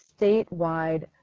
statewide